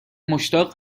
مشتاق